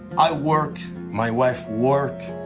i work, my wife work,